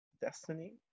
destiny